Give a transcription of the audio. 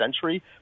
century